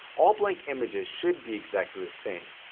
all blank images should be exactly the same.